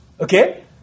Okay